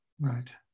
right